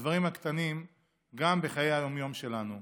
בדברים הקטנים גם בחיי היום-יום שלנו.